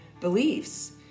beliefs